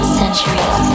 centuries